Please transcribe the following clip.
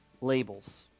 Labels